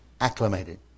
acclimated